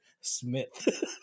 Smith